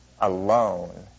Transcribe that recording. alone